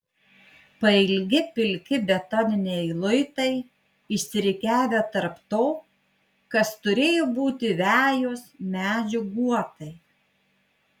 pailgi pilki betoniniai luitai išsirikiavę tarp to kas turėjo būti vejos medžių guotai